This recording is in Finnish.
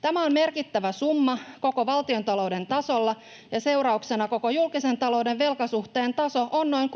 Tämä on merkittävä summa koko valtiontalouden tasolla, ja seurauksena koko julkisen talouden velkasuhteen taso on noin